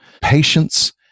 patience